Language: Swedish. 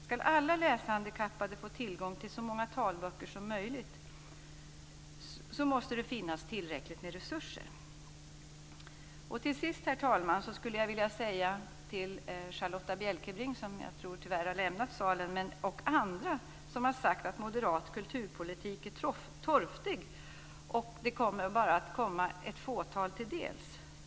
Ska alla läshandikappade få tillgång till så många talböcker som möjligt måste det finnas tillräckligt med resurser. Till sist, herr talman, skulle jag vilja bemöta Charlotta Bjälkebring, som tyvärr verkar ha lämnat salen, och andra som har sagt att moderat kulturpolitik är torftig och bara skulle komma ett fåtal till del.